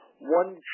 one